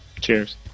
Cheers